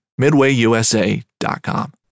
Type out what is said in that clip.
MidwayUSA.com